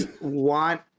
want